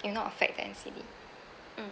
it'll not affect the N_C_D mm